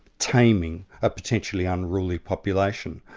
taming, a potentially unruly population.